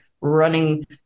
running